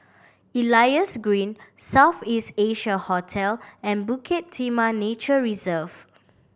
Elias Green South East Asia Hotel and Bukit Timah Nature Reserve